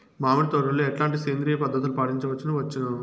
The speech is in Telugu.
మామిడి తోటలో ఎట్లాంటి సేంద్రియ పద్ధతులు పాటించవచ్చును వచ్చును?